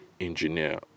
engineer